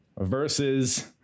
versus